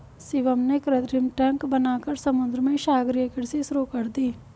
शिवम ने कृत्रिम टैंक बनाकर समुद्र में सागरीय कृषि शुरू कर दी